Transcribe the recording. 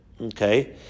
Okay